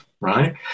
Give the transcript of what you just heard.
right